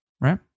right